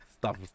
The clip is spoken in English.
Stop